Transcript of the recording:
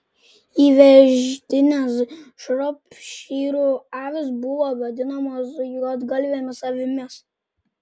įvežtinės šropšyrų avys buvo vadinamos juodgalvėmis avimis